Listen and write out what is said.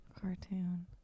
Cartoon